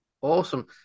awesome